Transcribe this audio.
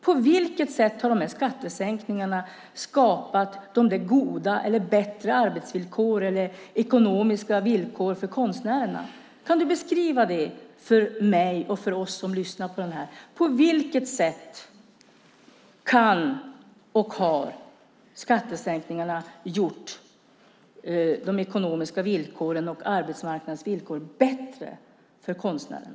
På vilket sätt har skattesänkningarna skapat de goda arbetsvillkoren eller ekonomiska villkoren för konstnärerna? Kan du beskriva det för mig och för oss som lyssnar? På vilket sätt har skattesänkningarna gjort de ekonomiska villkoren och arbetsmarknadsvillkoren bättre för konstnärerna?